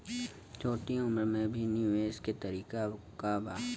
छोटी उम्र में भी निवेश के तरीका क बा?